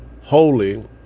holy